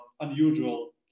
unusual